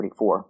1944